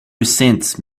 sense